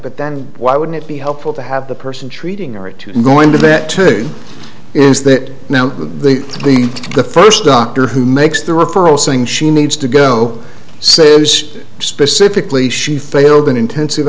but then why wouldn't it be helpful to have the person treating or to going to that is that now to be the first doctor who makes the referral saying she needs to go see specifically she failed an intensive